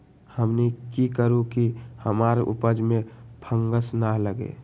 हमनी की करू की हमार उपज में फंगस ना लगे?